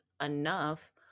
enough